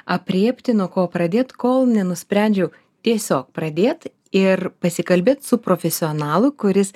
aprėpti nuo ko pradėt kol nenusprendžiau tiesiog pradėt ir pasikalbėt su profesionalu kuris